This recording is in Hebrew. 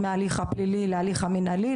ההליך הפלילי להליך המינהלי,